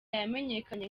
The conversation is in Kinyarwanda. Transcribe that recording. yamenyekanye